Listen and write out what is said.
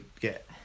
get